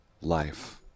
life